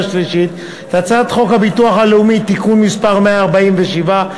השלישית את הצעת חוק הביטוח הלאומי (תיקון מס' 147,